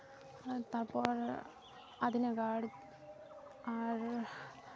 ᱛᱟᱨᱯᱚᱨ ᱟᱹᱫᱤᱱᱟᱜᱟᱲ ᱟᱨ